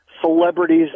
celebrities